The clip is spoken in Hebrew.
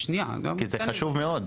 כי זה חשוב מאוד.